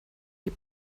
die